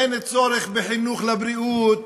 אין צורך בחינוך לבריאות,